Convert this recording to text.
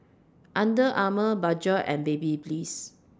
Under Armour Bajaj and Babyliss